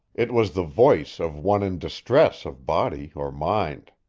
it was the voice of one in distress of body or mind.